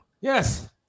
Yes